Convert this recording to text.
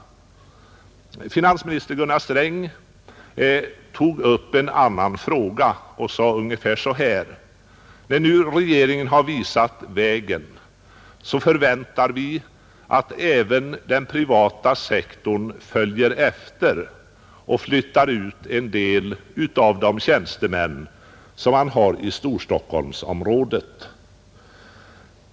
Finansminister Gunnar Sträng tog upp en annan fråga och sade ungefär så här: När nu regeringen har visat vägen så förväntar vi att den privata sektorn följer efter och flyttar ut en del av de tjänstemän som man har i Storstockholmsområdet.